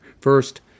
First